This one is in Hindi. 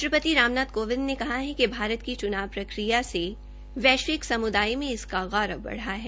राष्ट्रपति रामनाथ कोविंद ने कहा है कि भारत की चुनाव प्रक्रिया से वैश्विक समुदाय में इसका गौरव बढा है